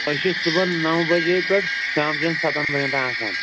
أسۍ چھِ صُبحن نَو بَجے پٮ۪ٹھ شامچٮ۪ن سَتَن بَجن تانۍ آسان